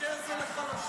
מוותר זה לחלשים.